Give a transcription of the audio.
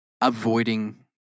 avoiding